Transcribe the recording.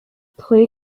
play